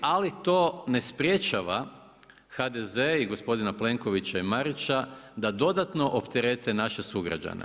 Ali to ne sprječava HDZ i gospodina Plenkovića i Marića da dodatno opterete naše sugrađane.